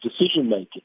decision-making